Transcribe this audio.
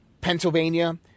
Pennsylvania